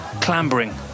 clambering